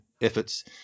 efforts